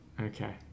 Okay